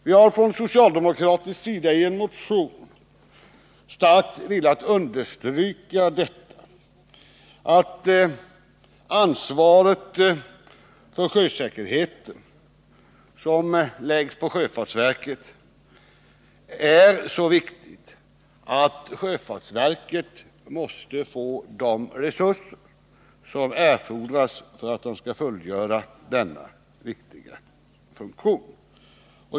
Vi har från socialdemokratisk sida i en motion starkt velat understryka att det ansvar för sjösäkerheten som läggs på sjöfartsverket är så viktigt att sjöfartsverket måste få de resurser som erfodras för att man skall kunna fullgöra denna viktiga funktion.